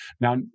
Now